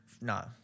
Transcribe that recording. No